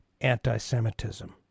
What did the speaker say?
anti-Semitism